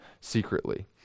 secretly